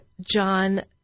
John